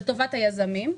לטובת היזמים.